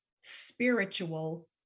spiritual